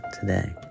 today